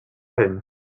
hin